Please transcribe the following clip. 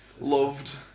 Loved